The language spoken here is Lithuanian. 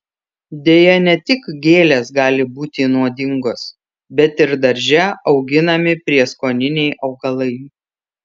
deja ne tik gėlės gali būti nuodingos bet ir darže auginami prieskoniniai augalai